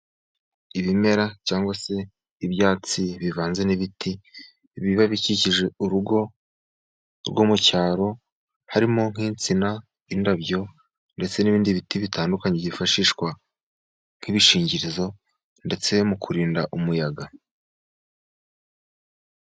Ibimera cyangwa se ibyatsi bivanze n' ibiti biba bikikije urugo rwo mu cyaro, harimo nk' insina, indabyo ndetse n' ibindi biti bitandukanye byifashishwa nk' ibishingirizo ndetse mu kurinda umuyaga.